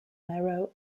marrow